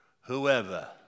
whoever